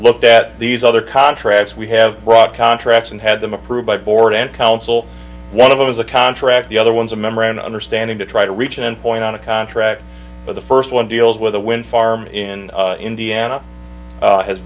looked at these other contracts we have brought contracts and had them approved by board and council one of them is a contract the other one's a member and understanding to try to reach an end point on a contract for the first one deals with a wind farm in indiana has